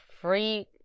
free